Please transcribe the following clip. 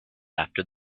after